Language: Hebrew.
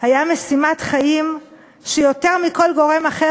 היה משימת חיים שיותר מכל גורם אחר